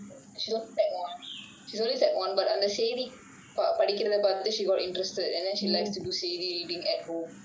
she just secondary one she only secondary only but அந்த செய்தி படிக்கிறது பாத்து:antha seithi padikkirathu paathu then she got interested then she like to do savy reading at home